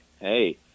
Hey